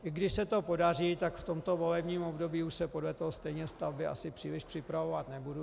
I když se to podaří, tak v tomto volebním období už se podle toho stejně stavby asi příliš připravovat nebudou.